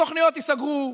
תוכניות ייסגרו,